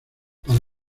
para